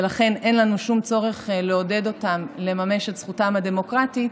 ולכן אין לנו שום צורך לעודד אותם לממש את זכותם הדמוקרטית.